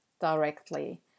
directly